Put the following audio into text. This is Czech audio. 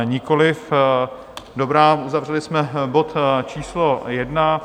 Nikoliv, dobrá, uzavřeli jsme bod číslo 1.